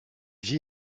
vit